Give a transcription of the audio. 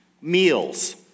meals